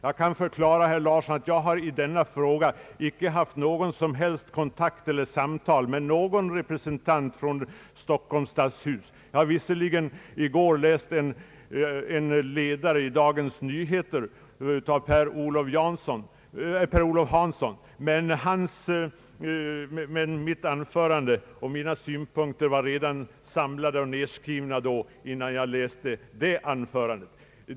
Jag har i denna fråga inte haft några som helst kontakter eller samtal med någon representant för Stockholms stadshus. Jag läste visserligen i går en artikel i Dagens Nyheter av Per-Olof Hanson som jag tyckte var bra, men mina synpunkter var klara innan jag läste denna artikel.